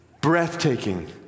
breathtaking